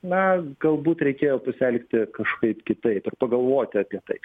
na galbūt reikėjo pasielgti kažkaip kitaip ir pagalvoti apie tai